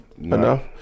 Enough